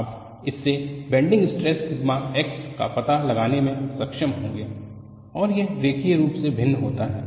आप इस से बेंडिंग स्ट्रेस सिग्मा x का पता लगाने में सक्षम होंगे और यह रैखिक रूप से भिन्न होता है